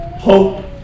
Hope